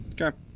Okay